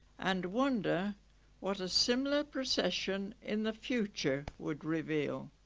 and wonder what a similar procession in the future would reveal